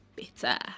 better